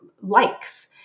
likes